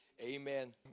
Amen